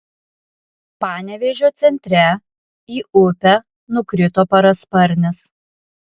panevėžio centre į upę nukrito parasparnis